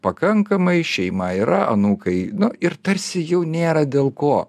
pakankamai šeima yra anūkai nu ir tarsi jau nėra dėl ko